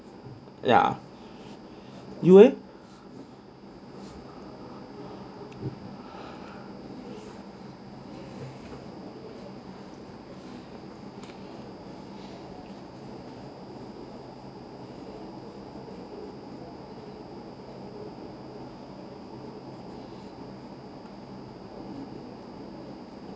ya you leh